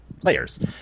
players